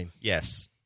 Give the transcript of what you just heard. Yes